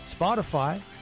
Spotify